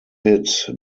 hit